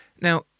Now